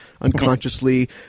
unconsciously